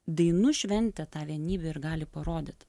dainų šventė tą vienybę ir gali parodyt